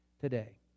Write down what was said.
today